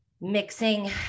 mixing